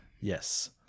Yes